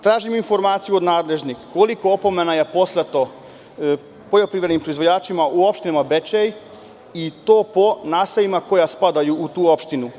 Tražim informacije od nadležnih – koliko opomena je poslato poljoprivrednim proizvođačima u opštini Bečej, i to po naseljima koja spadaju u tu opštinu?